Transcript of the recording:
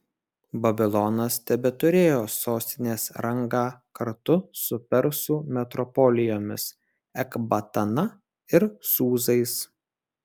babilonas tebeturėjo sostinės rangą kartu su persų metropolijomis ekbatana ir sūzais